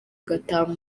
agataha